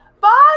Bye